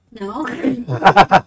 No